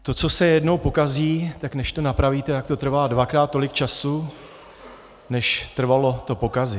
To, co se jednou pokazí, tak než to napravíte, tak to trvá dvakrát tolik času, než trvalo to pokazit.